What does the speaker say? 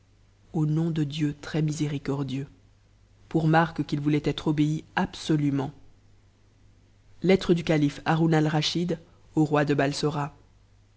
au nom de di très miséticordieux a pour marque qu'il voulait être obéi absolument lettre du calife uaroun alraschid au roi de